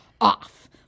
off